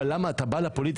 אבל למה אתה בא לפוליטיקה?